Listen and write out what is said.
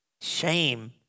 Shame